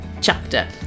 chapter